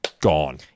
gone